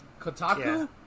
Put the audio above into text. Kotaku